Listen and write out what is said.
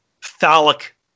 phallic